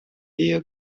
ehe